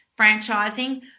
franchising